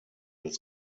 des